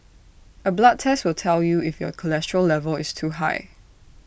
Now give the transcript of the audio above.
A blood test will tell you if your cholesterol level is too high